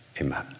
Amen